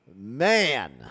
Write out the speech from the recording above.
Man